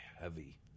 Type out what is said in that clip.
heavy